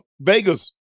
Vegas